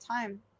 time